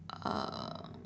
uh